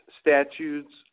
statutes